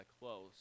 close